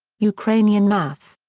ukrainian math.